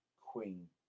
Queen